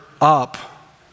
up